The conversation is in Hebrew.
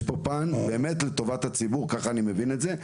יש פה פן באמת לטובת הציבור ככה אני מבין את זה,